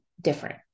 different